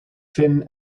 finn